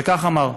וכך אמר: